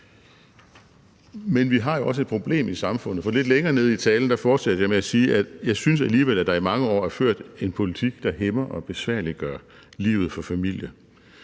Vi har jo også et problem i samfundet, for lidt længere nede i talen fortsatte jeg med at sige: Jeg synes alligevel, der i mange år er ført en politik, der hæmmer og besværliggør livet for familier.